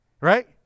right